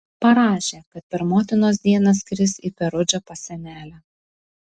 parašė kad per motinos dieną skris į perudžą pas senelę